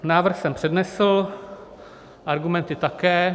Návrh jsem přednesl, argumenty také.